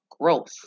growth